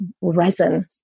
resin